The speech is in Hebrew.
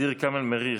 ע'דיר כמאל מריח,